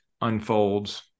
unfolds